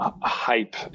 hype